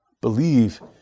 Believe